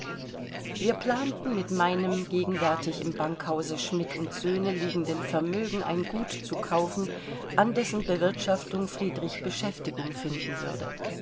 wir planten mit meinem gegenwärtig im bankhause schmitt söhne liegenden vermögen ein gut zu kaufen an dessen bewirtschaftung friedrich beschäftigung finden würde